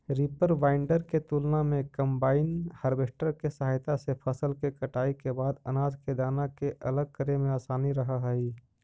reaper binder के तुलना में कम्बाइन हार्वेस्टर के सहायता से फसल के कटाई के बाद अनाज के दाना के अलग करे में असानी रहऽ हई